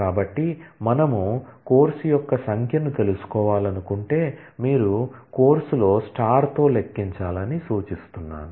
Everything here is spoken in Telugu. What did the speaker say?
కాబట్టి మనము కోర్సు యొక్క సంఖ్యను తెలుసుకోవాలనుకుంటే మీరు కోర్సులో తో లెక్కించాలని సూచిస్తున్నాను